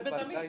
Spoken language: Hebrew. זה בדמי.